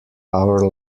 our